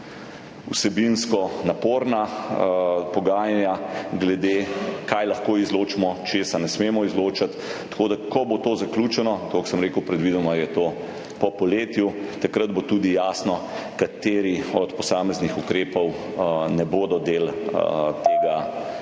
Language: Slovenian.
vsebinsko naporna pogajanja glede tega, kaj lahko izločimo, česa ne smemo izločiti. Ko bo to zaključeno, tako kot sem rekel, predvidoma je to po poletju, takrat bo tudi jasno, kateri od posameznih ukrepov ne bodo del tega